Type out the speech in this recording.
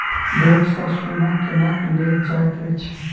bank सँ सोना केना लेल जाइत अछि